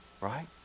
Right